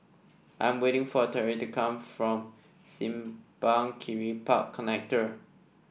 I'm waiting for Tariq to come back from Simpang Kiri Park Connector